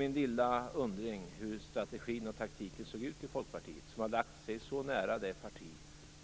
Min lilla undring är hur strategin och taktiken ser ut i Folkpartiet, som har lagt sig så nära det parti